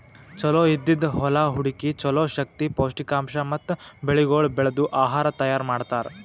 ಚಲೋ ಇದ್ದಿದ್ ಹೊಲಾ ಹುಡುಕಿ ಚಲೋ ಶಕ್ತಿ, ಪೌಷ್ಠಿಕಾಂಶ ಮತ್ತ ಬೆಳಿಗೊಳ್ ಬೆಳ್ದು ಆಹಾರ ತೈಯಾರ್ ಮಾಡ್ತಾರ್